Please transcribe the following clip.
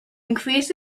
increase